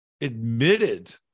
admitted